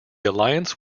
alliance